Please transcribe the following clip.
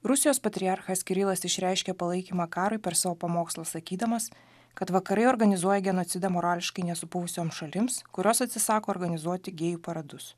rusijos patriarchas kirilas išreiškė palaikymą karui per savo pamokslą sakydamas kad vakarai organizuoja genocidą morališkai nesupuvusioms šalims kurios atsisako organizuoti gėjų paradus